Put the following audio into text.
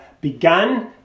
began